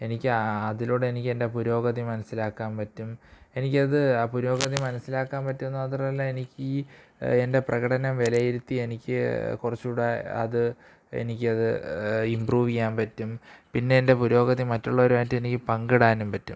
എനിക്ക് അതിലൂടെ എനിക്കെൻ്റെ പുരോഗതി മനസ്സിലാക്കാൻ പറ്റും എനിക്കത് ആ പുരോഗതി മനസ്സിലാക്കാൻ പറ്റുമെന്നു മാത്രമല്ല എനിക്കീ എൻ്റെ പ്രകടനം വിലയിരുത്തി എനിക്ക് കുറച്ചു കൂടി അത് എനിക്കത് ഇമ്പ്രൂവ് ചെയ്യാൻ പറ്റും പിന്നെ എൻ്റെ പുരോഗതി മറ്റുള്ളവരായിട്ടെനിക്ക് പങ്കിടാനും പറ്റും